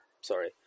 Sorry